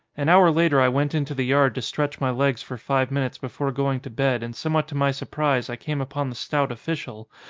an hour later i went into the yard to stretch my legs for five minutes before going to bed and somewhat to my surprise, i came upon the stout official,